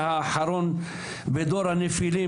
האחרון בדור הנפילים,